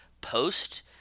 post